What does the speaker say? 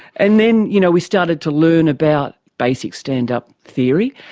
and then you know we started to learn about basic stand-up theory,